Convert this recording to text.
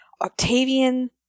octavian